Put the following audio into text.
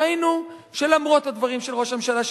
ראינו שלמרות הדברים של ראש הממשלה,